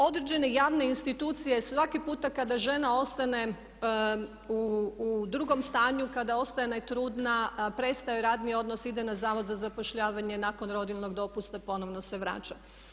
Određene javne institucije svaki puta kada žena ostane u drugom stanju, kada ostane trudna, prestaje joj radni odnos, ide na zavod za zapošljavanje nakon rodiljnog dopusta ponovno se vraća.